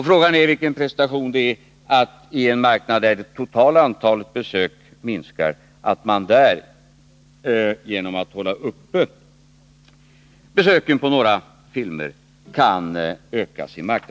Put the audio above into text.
Frågan är vilken prestation det är att, i en marknad där det totala antalet besök minskar, kunna öka sin marknadsandel genom att hålla uppe besöken på några filmer.